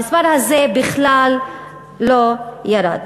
המספר הזה בכלל לא ירד.